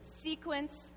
Sequence